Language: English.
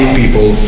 people